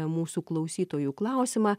mūsų klausytojų klausimą